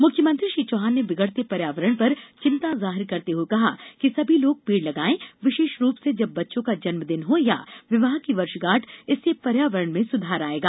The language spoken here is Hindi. मुख्यमंत्री श्री चौहान ने बिगड़ते पर्यावरण पर चिंता जाहिर करते हुए कहा कि सभी लोग पेड़ लगायें विशेष रुप से जब बच्चों का जन्म दिन हो या विवाह की वर्षगाँठ इससे पर्यावरण में सुधार आयेगा